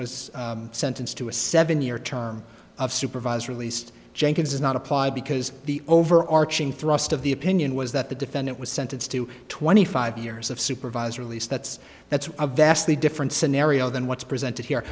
was sentenced to a seven year term of supervised released jenkins is not applied because the overarching thrust of the opinion was that the defendant was sentenced to twenty five years of supervised release that's that's a vastly different scenario than what's presented here